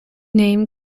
name